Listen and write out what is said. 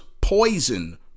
poison